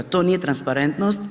To nije transparentnost.